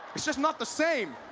it's just not the same.